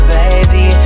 baby